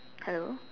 hello